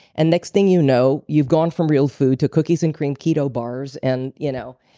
and next thing you know, you've gone from real food to cookies and cream keto bars, and you know,